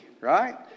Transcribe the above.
right